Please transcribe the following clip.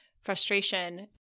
frustration